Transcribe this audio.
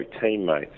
teammates